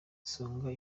songa